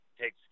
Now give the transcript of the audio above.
takes